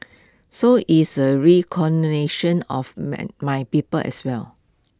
so it's A recognition of my people as well